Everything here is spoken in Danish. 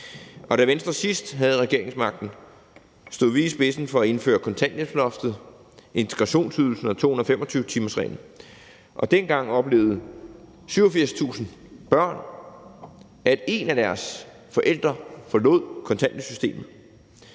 da Venstre sidst havde regeringsmagten, stod vi i spidsen for at indføre kontanthjælpsloftet, integrationsydelsen og 225-timersreglen, og dengang oplevede 87.000 børn, at en af deres forældre forlod kontanthjælpssystemet.